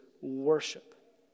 worship